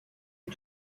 est